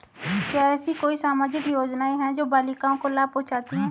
क्या ऐसी कोई सामाजिक योजनाएँ हैं जो बालिकाओं को लाभ पहुँचाती हैं?